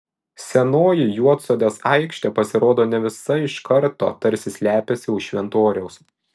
senoji juodsodės aikštė pasirodo ne visa iš karto tarsi slepiasi už šventoriaus